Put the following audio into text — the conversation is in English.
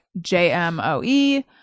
J-M-O-E